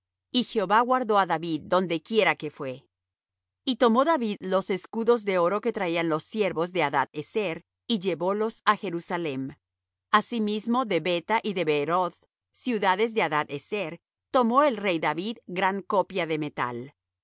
y jehová guardó á david donde quiere que fué y tomó david los escudos de oro que traían los siervos de hadad ezer y llevólos á jerusalem asimismo de beta y de beeroth ciudades de hadad ezer tomó el rey david gran copia de metal